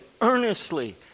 earnestly